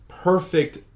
perfect